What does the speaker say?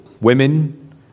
women